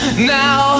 Now